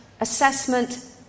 assessment